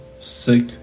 Sick